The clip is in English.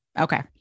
Okay